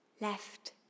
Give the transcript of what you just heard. left